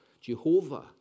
Jehovah